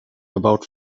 about